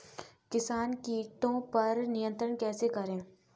किसान कीटो पर नियंत्रण कैसे करें?